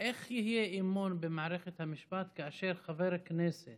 איך יהיה אמון במערכת המשפט כאשר חבר הכנסת